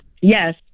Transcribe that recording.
Yes